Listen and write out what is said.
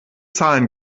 zahlen